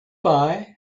bye